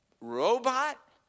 robot